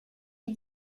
die